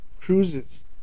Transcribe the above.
cruises